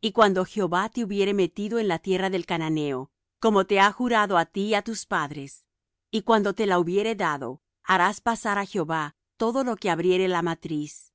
y cuando jehová te hubiere metido en la tierra del cananeo como te ha jurado á ti y á tus padres y cuando te la hubiere dado harás pasar á jehová todo lo que abriere la matriz